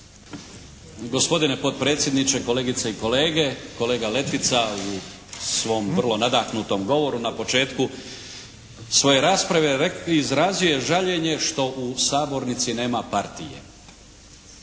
Gospodine potpredsjedniče, kolegice i kolege! Kolega Letica u svom vrlo nadahnutom govoru na početku svoje rasprave izrazio je žaljenje što u sabornici nema partije.